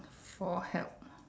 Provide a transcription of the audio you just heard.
for help